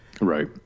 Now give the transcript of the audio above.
Right